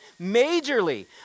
majorly